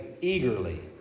eagerly